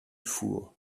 four